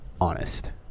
honest